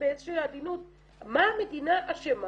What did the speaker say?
מה המדינה אשמה